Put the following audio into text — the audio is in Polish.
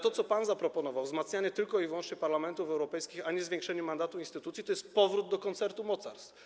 To, co pan zaproponował, czyli wzmacnianie tylko i wyłącznie parlamentów europejskich, a nie zwiększenie mandatu instytucji, to jest powrót do koncertu mocarstw.